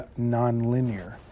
nonlinear